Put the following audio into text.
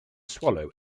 swallow